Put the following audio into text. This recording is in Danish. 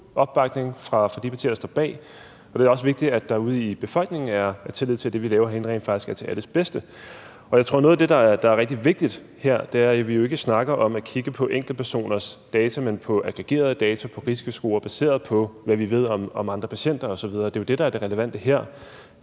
opbakning fra de partier, der står bag. Det er også vigtigt, at der ude i befolkningen er tillid til, at det, vi laver herinde, faktisk er til alles bedste. Jeg tror, at noget af det, der er rigtig vigtigt her, er, at vi jo ikke snakker om at kigge på enkeltpersoners data, men på aggregerede data på risikoscore baseret på, hvad vi ved om andre patienter osv. Det er jo det, der er det relevante her.